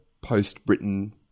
post-Britain